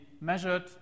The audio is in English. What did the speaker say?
measured